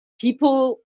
people